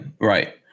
right